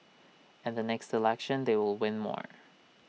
and the next election they will win more